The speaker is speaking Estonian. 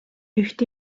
üht